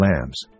lambs